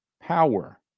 Power